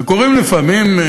וקורה לפעמים,